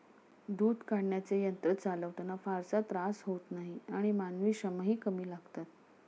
दूध काढण्याचे यंत्र चालवताना फारसा त्रास होत नाही आणि मानवी श्रमही कमी लागतात